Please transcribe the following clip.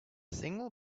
single